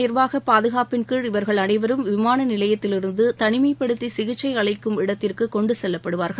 நிர்வாக பாதுகாப்பின்கீழ் இவர்கள் அனைவரும் விமான சிவில் நிலையத்திலிருந்து தனிமைப்படுத்தி சிகிச்சை அளிக்கும் இடத்திற்கு கொண்டுசெல்ல படுவார்கள்